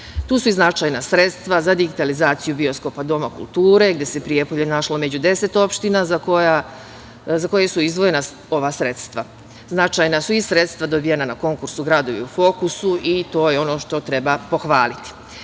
Tu su i značajna sredstva za digitalizaciju bioskopa, doma kulture, gde se Prijepolje našlo među deset opština za koje su izdvojena ova sredstva. Značajna su i sredstva dobijena na konkursu "Gradovi u fokusu" i to je ono što treba pohvaliti. Izdvojila